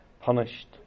punished